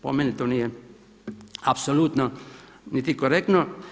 Po meni to nije apsolutno niti korektno.